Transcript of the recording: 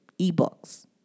ebooks